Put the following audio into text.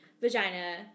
vagina